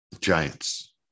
Giants